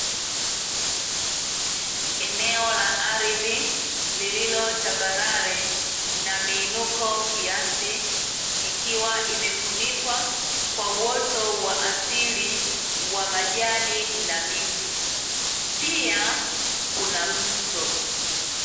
Eneo la ardhi lililo tambarare na miinuko kiasi, ikiwa imefunikwa kwa uoto wa asili wa majani na miti pia kuna mto.